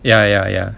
ya ya ya